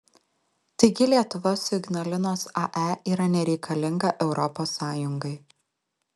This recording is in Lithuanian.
taigi lietuva su ignalinos ae yra nereikalinga europos sąjungai